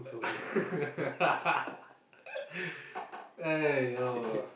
!aiyo!